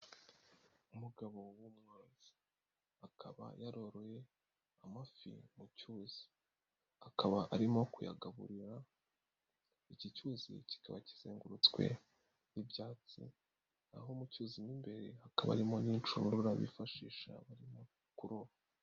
Umugabo w'umworozi. Akaba yaroroye amafi mu cyuzi. Akaba arimo kuyagaburira, iki cyuzi kikaba kizengurutswe n'ibyatsi, naho mu cyuzi mo imbere hakaba harimo n'inshundura bifashisha barimo kuroba.